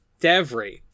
devry